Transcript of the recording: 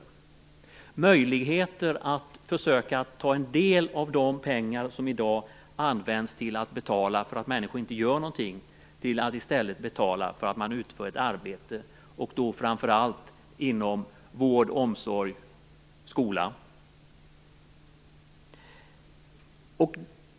Det gäller möjligheter att försöka ta en del av de pengar som i dag används till att betala för att människor inte gör någonting till att i stället betala för att de utför ett arbete, och då framför allt inom vård, omsorg och skola.